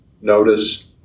notice